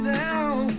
down